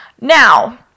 Now